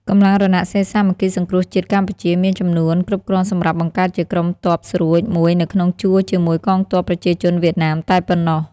កម្លាំងរណសិរ្យសាមគ្គីសង្គ្រោះជាតិកម្ពុជា មានចំនួនគ្រប់គ្រាន់សម្រាប់បង្កើតជាក្រុមទព័ស្រួចមួយនៅក្នុងជួរជាមួយកងទព័ប្រជាជនវៀតណាមតែប៉ុណ្ណោះ។